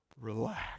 relax